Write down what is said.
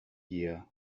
year